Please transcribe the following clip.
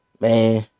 man